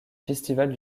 festival